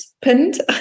pinned